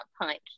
punch